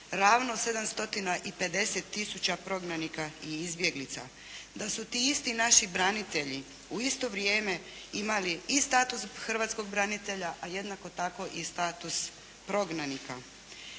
i 50 tisuća prognanika i izbjeglica, da su ti isti naši branitelji u isto vrijeme imali i status hrvatskog branitelja a jednako tako i status prognanika